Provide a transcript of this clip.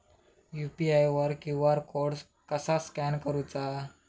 UPI वर QR code कसा scan करूचा?